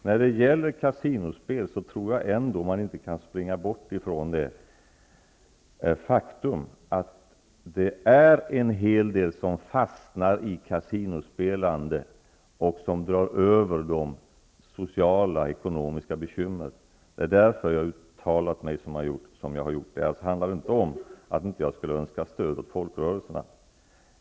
När det gäller kasinospel kan man nog ändå inte komma ifrån det faktum att det är en hel del människor som fastnar i kasinospelande och som därmed drar på sig ekonomiska och sociala bekymmer. Det är därför som jag har uttalat mig som jag har gjort. Det handlar inte alls om att jag inte skulle önska stöd till folkrörelserna.